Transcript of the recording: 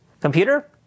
Computer